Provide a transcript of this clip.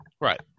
Right